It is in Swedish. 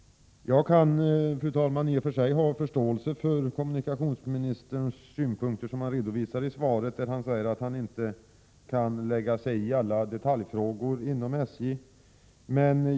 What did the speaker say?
Jag kan, fru talman, i och för sig ha förståelse för de synpunkter som kommunikationsministern redovisar i svaret, där han säger att han inte kan lägga sig i alla detaljfrågor inom SJ.